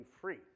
free